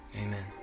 Amen